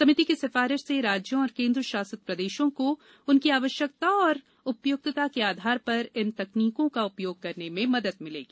समिति की सिफारिश से राज्यों और केंद्रशासित प्रदेशों को उनकी आवश्यकता और उपयुक्तता के आधार पर इन तकनीकों का उपयोग करने में मदद मिलेगी